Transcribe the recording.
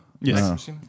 Yes